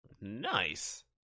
Nice